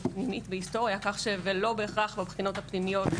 או פנימית בהיסטוריה ולא בהכרח בבחינות הפנימיות,